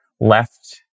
left